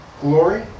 glory